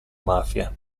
mafia